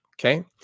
Okay